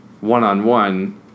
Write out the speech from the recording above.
one-on-one